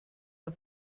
der